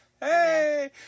Hey